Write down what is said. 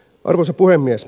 arvoisa puhemies